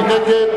מי נגד?